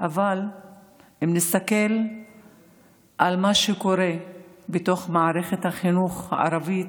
אבל אם נסתכל על מה שקורה בתוך מערכת החינוך הערבית,